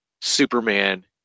Superman